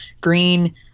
green